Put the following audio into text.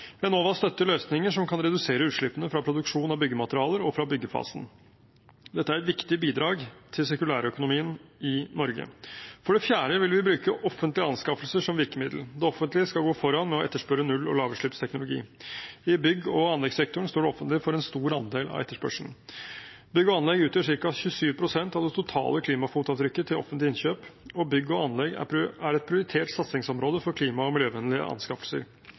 Enova støtter løsninger som kan redusere utslippene fra produksjon av byggematerialer og fra byggefasen. Dette er et viktig bidrag til sirkulærøkonomien i Norge. For det fjerde vil vi bruke offentlige anskaffelser som virkemiddel. Det offentlige skal gå foran ved å etterspørre null- og lavutslippsteknologi. I bygg- og anleggssektoren står det offentlige for en stor andel av etterspørselen. Bygg og anlegg utgjør ca. 27 pst. av det totale klimafotavtrykket til offentlige innkjøp, og bygg og anlegg er et prioritert satsingsområde for klima- og miljøvennlige anskaffelser.